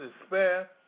despair